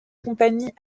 compagnie